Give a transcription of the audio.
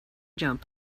jump